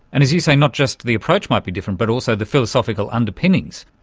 and as you say, not just the approach might be different but also the philosophical underpinnings.